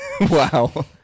Wow